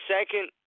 second